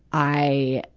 i,